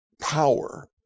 power